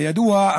כידוע,